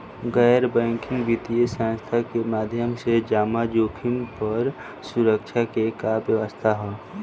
गैर बैंकिंग वित्तीय संस्था के माध्यम से जमा जोखिम पर सुरक्षा के का व्यवस्था ह?